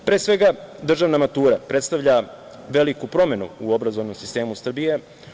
Pre svega, državna matura, predstavlja veliku promenu u obrazovnom sistemu Srbije.